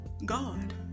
God